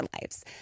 lives